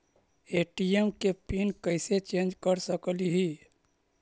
ATM के PIN कैसे change कर सकली ही?